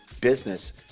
business